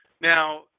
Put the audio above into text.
Now